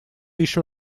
еще